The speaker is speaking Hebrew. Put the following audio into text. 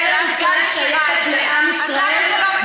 ארץ-ישראל שייכת לעם ישראל,